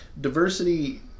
diversity